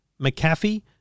McAfee